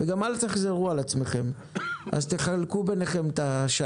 וגם אל תחזרו על עצמכם.